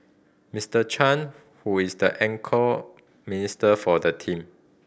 Mister Chan who is the anchor minister for the team